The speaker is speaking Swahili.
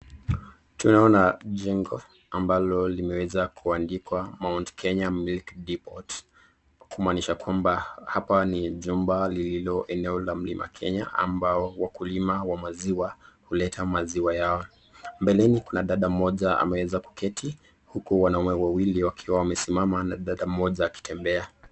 Tunaona jengo ambalo limeweza kuandikwa Mount Kenya Milk Depot , kumaanisha kwamba hapa ni jumba lililo eneo la mlima Kenya ambao wakulima wa maziwa huleta maziwa yao, mbeleni kuna dada mmoja ameweza kuketi huku wanaume wawili wakiwa wamesimama na dada mmoja akitembea.